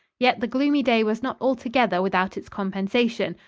yet the gloomy day was not altogether without its compensation,